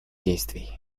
действий